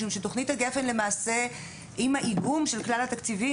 משום שתוכנית גפ"ן עם האיגום של כלל התקציבים